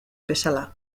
bezala